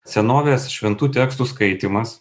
senovės šventų tekstų skaitymas